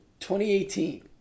2018